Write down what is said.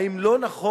האם לא נכון,